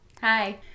Hi